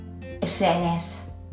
SNS